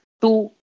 Two